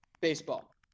baseball